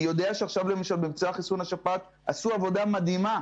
אני יודע שעכשיו במבצע חיסון נגד השפעת עשו עבודה מדהימה,